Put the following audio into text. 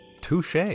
touche